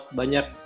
banyak